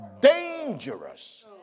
Dangerous